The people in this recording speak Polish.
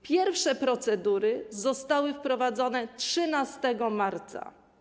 Pierwsze procedury zostały wprowadzone 13 marca.